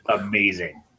amazing